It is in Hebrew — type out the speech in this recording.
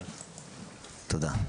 תודה.